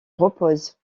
repose